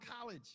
college